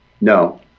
no